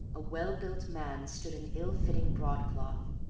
a well-built man stood in ill-fitting broadcloth,